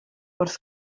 wrth